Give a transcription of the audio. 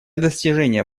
достижения